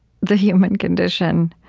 the human condition